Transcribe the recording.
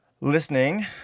Listening